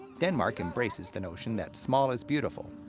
denmark embraces the notion that small is beautiful,